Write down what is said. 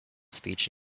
speech